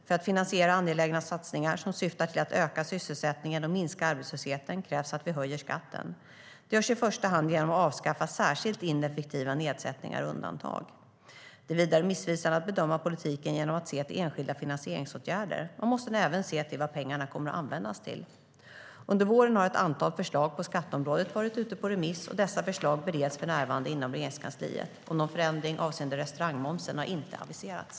För att finansiera angelägna satsningar som syftar till att öka sysselsättningen och minska arbetslösheten krävs att vi höjer skatten. Det görs i första hand genom att avskaffa särskilt ineffektiva nedsättningar och undantag. Det är vidare missvisande att bedöma politiken genom att se till enskilda finansieringsåtgärder. Man måste även se till vad pengarna kommer att användas till. Under våren har ett antal förslag på skatteområdet varit ute på remiss. Dessa förslag bereds för närvarande inom Regeringskansliet. Någon förändring avseende restaurangmomsen har inte aviserats.